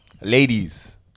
ladies